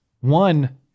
One